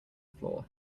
floor